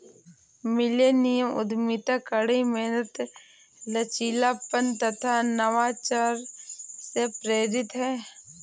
millennium उद्यमिता कड़ी मेहनत, लचीलापन तथा नवाचार से प्रेरित है